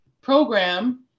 program